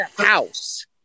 house